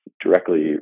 directly